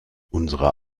unsere